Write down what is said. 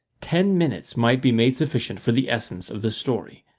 ten minutes might be made sufficient for the essence of the story.